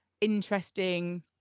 interesting